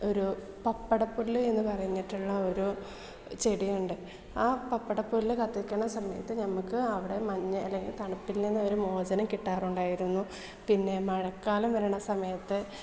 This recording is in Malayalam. ഒരു പപ്പട പുല്ല് എന്ന് പറഞ്ഞിട്ടുള്ള ഒരു ചെടിയുണ്ട് ആ പപ്പട പുല്ല് കത്തിക്കുന്ന സമയത്ത് നമ്മൾക്ക് അവിടെ മഞ്ഞ് അല്ലെങ്കിൽ തണുപ്പിൽ നിന്ന് ഒരു മോചനം കിട്ടാറുണ്ടായിരുന്നു പിന്നെ മഴക്കാലം വരുന്ന സമയത്ത്